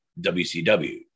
WCW